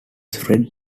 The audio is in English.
fred